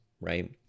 right